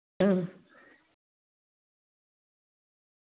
हां